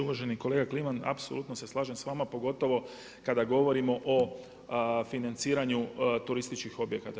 Uvaženi kolega Kliman, apsolutno se slažem s vama, pogotovo kada govorimo o financiranju turističkih objekata.